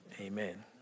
Amen